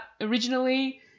originally